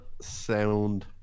sound